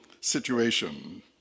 situation